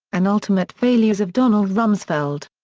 and ultimate failures of donald rumsfeld.